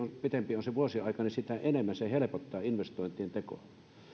pitempi on se vuosiaika sitä enemmän se helpottaa investointien tekoa